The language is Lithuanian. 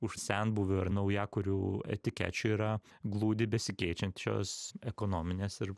už senbuvių ar naujakurių etikečių yra glūdi besikeičiančios ekonominės ir